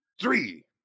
three